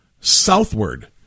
southward